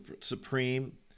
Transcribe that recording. supreme